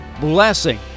blessing